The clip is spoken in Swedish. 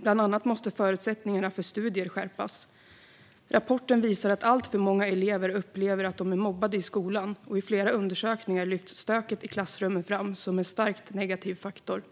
Bland annat måste förutsättningarna för studier skärpas. Rapporten visar att alltför många elever upplever att de är mobbade i skolan, och i flera undersökningar lyfts stöket i klassrummen fram som en starkt negativ faktor.